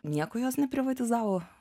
nieko jos neprivatizavo